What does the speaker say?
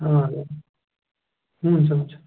अँ हजुर हुन्छ हुन्छ